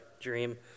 dream